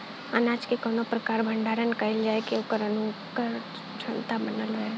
अनाज क कवने प्रकार भण्डारण कइल जाय कि वोकर अंकुरण क्षमता बनल रहे?